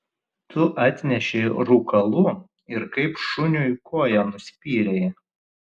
tu atnešei rūkalų ir kaip šuniui koja nuspyrei